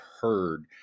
heard